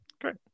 Great